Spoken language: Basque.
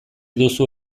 duzu